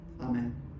Amen